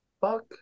fuck